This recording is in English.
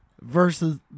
versus